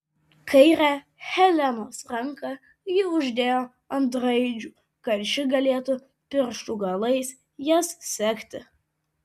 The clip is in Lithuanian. kairę helenos ranką ji uždėjo ant raidžių kad ši galėtų pirštų galais jas sekti